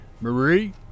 Marie